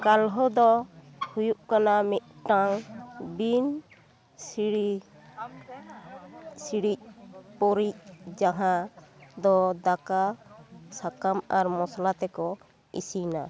ᱜᱟᱞᱦᱳ ᱫᱚ ᱦᱩᱭᱩᱜ ᱠᱟᱱᱟ ᱢᱤᱫᱴᱟᱝ ᱵᱤᱱ ᱥᱤᱲᱤ ᱥᱤᱲᱤᱡᱽ ᱯᱳᱨᱤᱡᱽ ᱡᱟᱦᱟᱸ ᱫᱚ ᱫᱟᱠᱟ ᱥᱟᱠᱟᱢ ᱟᱨ ᱢᱚᱥᱚᱞᱟ ᱛᱮᱠᱚ ᱤᱥᱤᱱᱟ